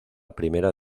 primera